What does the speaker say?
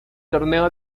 torneo